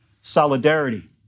solidarity